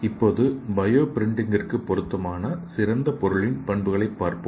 இப்போது பயோ பிரிண்டிங்கிக்கு பொருத்தமான சிறந்த பொருளின் பண்புகளை பார்ப்போம்